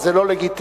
אבל זה לא לגיטימי,